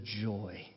joy